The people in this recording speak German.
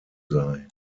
sei